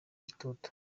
itoto